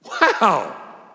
wow